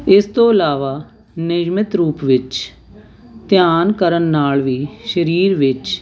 ਇਸ ਤੋਂ ਇਲਾਵਾ ਨਿਯਮਿਤ ਰੂਪ ਵਿੱਚ ਧਿਆਨ ਕਰਨ ਨਾਲ ਵੀ ਸਰੀਰ ਵਿੱਚ